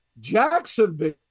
Jacksonville